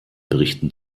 berichten